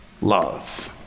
love